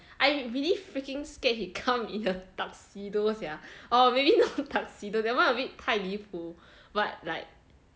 I really freaking scared he come in tuxedo sia or maybe not tuxedo that one a bit 太离谱 but like